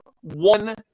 one